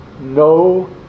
no